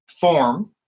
form